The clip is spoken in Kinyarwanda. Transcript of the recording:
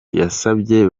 yasabye